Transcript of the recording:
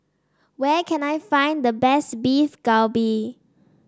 where can I find the best Beef Galbi